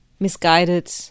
Misguided